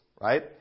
right